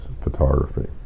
photography